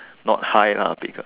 not high lah because